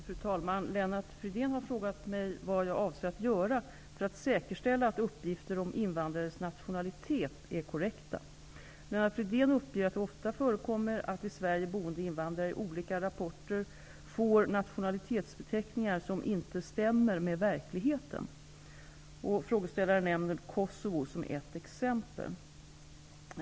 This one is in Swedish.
Fru talman! Lennart Fridén har frågat mig vad jag avser att göra för att säkerställa att uppgifter om invandrares nationalitet är korrekta. Lennart Fridén uppger att det ofta förekommer att i Sverige boende invandrare i olika rapporter får nationalitetsbeteckningar som inte stämmer med verkligheten. Frågeställaren nämner Kosovo som ett exempel.